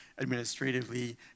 administratively